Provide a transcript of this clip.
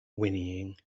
whinnying